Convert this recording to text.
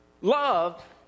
Love